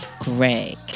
Greg